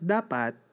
Dapat